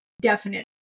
definite